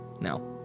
now